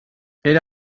era